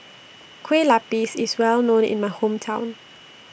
Kueh Lapis IS Well known in My Hometown